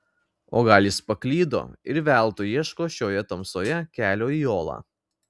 o gal jis paklydo ir veltui ieško šioje tamsoje kelio į olą